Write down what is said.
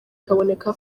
kaboneka